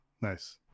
Nice